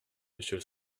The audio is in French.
monsieur